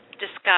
discuss